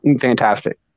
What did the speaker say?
fantastic